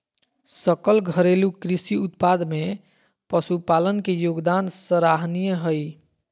सकल घरेलू कृषि उत्पाद में पशुपालन के योगदान सराहनीय हइ